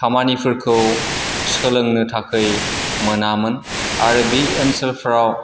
खामानिफोरखौ सोलोंनो थाखै मोनामोन आरो बि ओनसोलफोराव